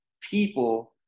people